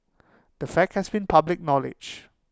the fact has been public knowledge